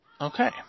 Okay